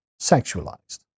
sexualized